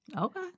Okay